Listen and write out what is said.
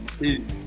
peace